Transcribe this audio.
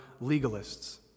legalists